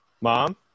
Mom